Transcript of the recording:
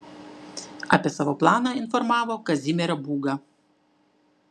apie savo planą informavo kazimierą būgą